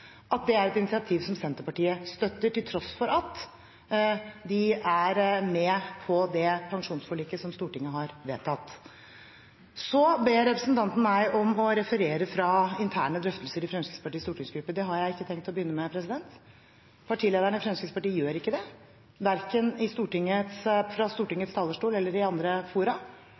at det er et initiativ som Senterpartiet støtter, til tross for at de er med på det pensjonsforliket som Stortinget har vedtatt. Så ber representanten meg om å referere fra interne drøftelser i Fremskrittspartiets stortingsgruppe. Det har jeg ikke tenkt å begynne med. Partilederen i Fremskrittspartiet gjør ikke det, verken fra Stortingets